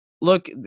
Look